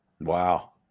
Wow